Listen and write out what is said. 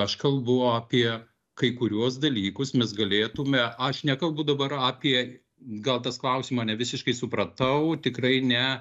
aš kalbu apie kai kuriuos dalykus mes galėtume aš nekalbu dabar apie gal tas klausimą nevisiškai supratau tikrai ne